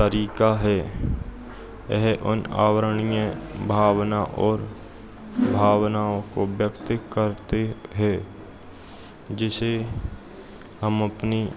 तरीका है यह उन आवरणीय भावना और भावनाओं को व्यक्त करते हैं जिसे हम अपनी